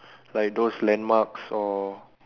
like those landmarks or